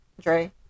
Dre